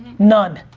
none.